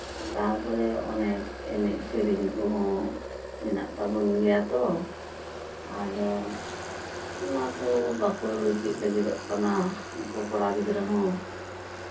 ᱛᱟᱨᱯᱚᱨᱮ ᱚᱱᱮ ᱮᱱᱮᱡᱼᱥᱮᱨᱮᱧ ᱠᱚᱦᱚᱸ ᱢᱮᱱᱟᱜ ᱛᱟᱵᱚᱱ ᱜᱮᱭᱟ ᱛᱚ ᱟᱫᱚ ᱚᱱᱟ ᱠᱚ ᱵᱟᱠᱚ ᱪᱮᱫ ᱞᱟᱹᱜᱤᱫᱚᱜ ᱠᱟᱱᱟ ᱱᱩᱠᱩ ᱠᱚᱲᱟ ᱜᱤᱫᱽᱨᱟᱹ ᱦᱚᱸ